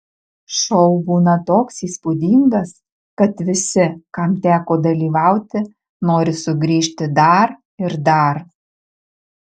šou būna toks įspūdingas kad visi kam teko dalyvauti nori sugrįžti dar ir dar